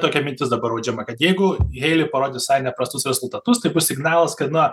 tokia mintis dabar audžiama kad jeigu heli parodys visai prastus rezultatus tai bus signalas kad na